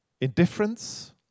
indifference